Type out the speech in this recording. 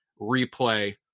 replay